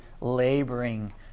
laboring